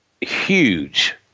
huge